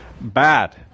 bad